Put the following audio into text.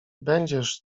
będziesz